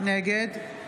נגד